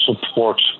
support